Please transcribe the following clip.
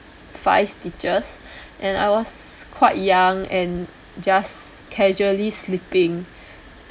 five stitches and I was quite young and just casually sleeping